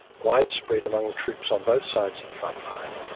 widespread among the troops on both sides of the front line,